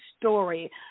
story